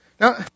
Now